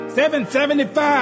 $775